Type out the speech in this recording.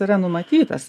yra numatytas